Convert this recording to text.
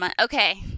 Okay